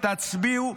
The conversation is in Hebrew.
הצביעו,